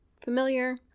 Familiar